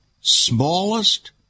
smallest